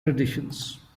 traditions